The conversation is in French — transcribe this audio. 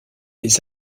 des